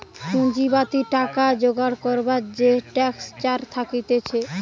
পুঁজিবাদী টাকা জোগাড় করবার যে স্ট্রাকচার থাকতিছে